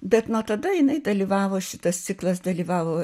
bet nuo tada jinai dalyvavo šitas ciklas dalyvavo